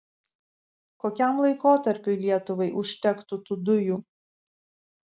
kokiam laikotarpiui lietuvai užtektų tų dujų